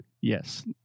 Yes